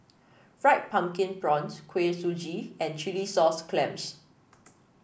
Fried Pumpkin Prawns Kuih Suji and Chilli Sauce Clams